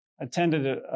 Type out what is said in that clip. attended